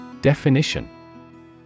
Definition